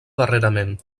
darrerament